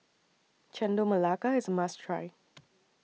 Chendol Melaka IS must Try